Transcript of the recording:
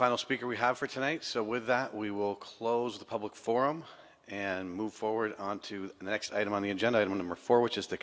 final speaker we have for tonight so with that we will close the public forum and move forward on to the next item on the agenda item number four which is the